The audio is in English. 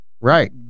right